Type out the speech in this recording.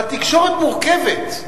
התקשורת מורכבת.